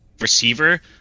receiver